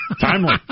Timely